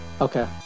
okay